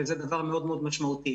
וזה דבר מאוד מאוד משמעותי.